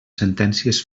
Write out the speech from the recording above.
sentències